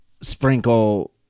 sprinkle